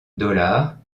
dollars